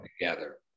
together